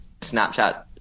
Snapchat